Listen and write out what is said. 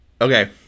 Okay